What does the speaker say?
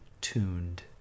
tuned